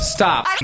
Stop